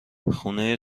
خونه